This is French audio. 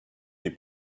des